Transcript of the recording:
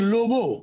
Lobo